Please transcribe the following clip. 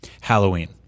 Halloween